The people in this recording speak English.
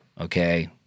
okay